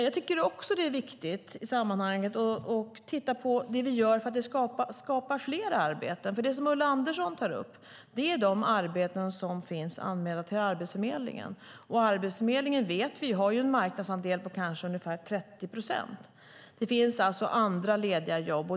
Jag tycker också att det är viktigt i sammanhanget att titta på vad vi gör för att skapa fler arbeten. Det som Ulla Andersson tar upp är de arbeten som finns anmälda hos Arbetsförmedlingen. Vi vet att Arbetsförmedlingen har en marknadsandel på kanske 30 procent. Det finns alltså andra lediga jobb.